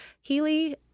Healy